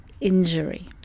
injury